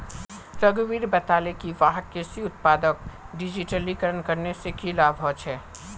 रघुवीर बताले कि वहाक कृषि उत्पादक डिजिटलीकरण करने से की लाभ ह छे